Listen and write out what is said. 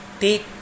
take